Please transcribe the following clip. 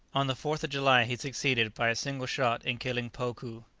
on the fourth of july he succeeded by a single shot in killing pokoo,